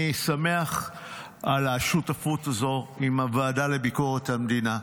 אני שמח על השותפות הזו עם הוועדה לביקורת המדינה.